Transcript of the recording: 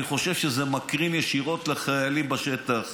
אני חושב שזה מקרין ישירות לחיילים בשטח,